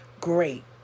Great